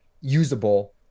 usable